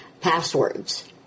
passwords